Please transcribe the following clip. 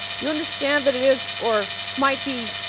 you understand that it is, or might be,